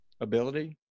ability